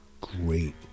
great